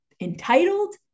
entitled